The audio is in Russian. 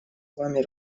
вами